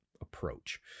approach